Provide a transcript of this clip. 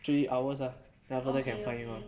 three hours ah then after that can find you ah